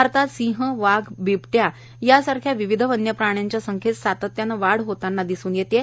भारतात सिंह वाघ बिबटया यांसारख्या विविध वन्यप्राण्यांच्या संख्येत सातत्याने वाढ होताना दिसून येत आहे